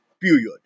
period